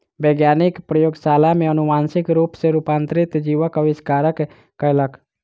वैज्ञानिक प्रयोगशाला में अनुवांशिक रूप सॅ रूपांतरित जीवक आविष्कार कयलक